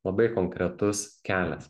labai konkretus kelias